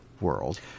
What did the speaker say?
world